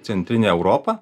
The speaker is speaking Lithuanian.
centrinę europą